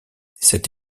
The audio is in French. cette